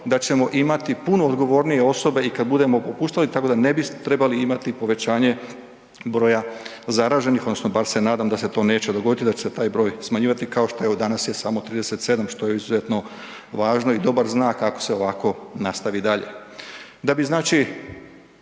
da ćemo imati puno odgovornije osobe i kada budemo popuštali tako da ne bi trebali imati povećanje broja zaraženih odnosno bar se nadam da se to neće dogoditi i da će se taj broj smanjivati kao što je evo danas je samo 37 što je izuzetno važno i dobar znak ako se ovako nastavi dalje. Mislim da